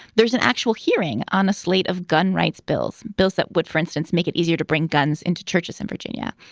there's an actual hearing on a slate of gun rights bills, bills that would, for instance, make it easier to bring guns into churches in virginia.